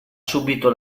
subito